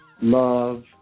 love